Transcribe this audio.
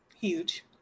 huge